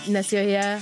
nes joje